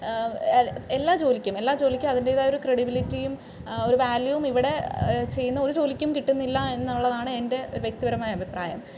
എല്ലാ ജോലിക്കും എല്ലാ ജോലിക്കും അതിൻ്റെതായ ഒരു ക്രെഡിബിലിറ്റിയും ഒരു വാല്യുവും ഇവിടെ ചെയ്യുന്ന ഒരു ജോലിക്കും കിട്ട്ന്നില്ല എന്നുള്ളതാണ് എൻ്റെ വ്യക്തിപരമായ അഭിപ്രായം